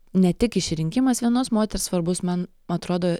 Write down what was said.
ne tik išrinkimas vienos moters svarbus man atrodo